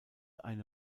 eine